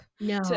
No